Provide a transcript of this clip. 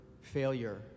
failure